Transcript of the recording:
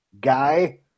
guy